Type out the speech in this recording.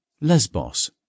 Lesbos